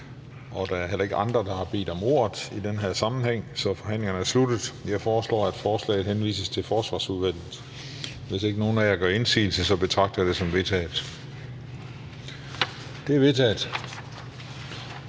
Da der heller ikke er andre, der har bedt om ordet i den her sammenhæng, er forhandlingen sluttet. Jeg foreslår at forslaget til folketingsbeslutning henvises til Forsvarsudvalget. Hvis ikke nogen af jer gør indsigelse, betragter jeg det som vedtaget. Det er vedtaget.